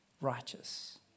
righteous